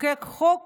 לחוקק חוק